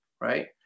right